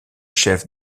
chef